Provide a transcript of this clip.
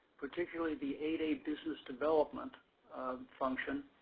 particularly the eight a business development function.